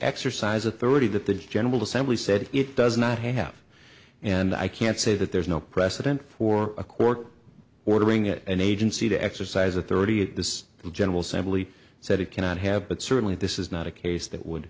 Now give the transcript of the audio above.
exercise authority that the general assembly said it does not have and i can't say that there's no precedent for a court ordering an agency to exercise authority at this general simply said it cannot have but certainly this is not a case that would